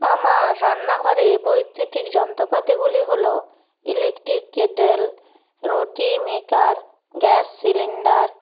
আমার রান্নাঘরে বৈদ্যুতিক যন্ত্রপাতিগুলি হল electric kettle roti maker gas cylinder